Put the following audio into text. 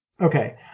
Okay